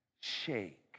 shake